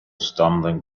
stumbling